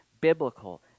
biblical